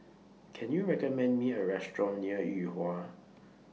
Can YOU recommend Me A Restaurant near Yuhua